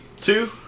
two